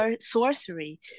sorcery